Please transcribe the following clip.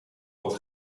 wat